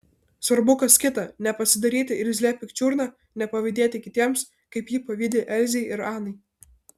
svarbu kas kita nepasidaryti irzlia pikčiurna nepavydėti kitiems kaip ji pavydi elzei ir anai